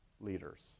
leaders